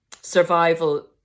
survival